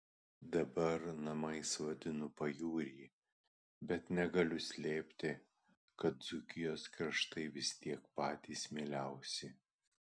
dabar namais vadinu pajūrį bet negaliu slėpti kad dzūkijos kraštai vis tiek patys mieliausi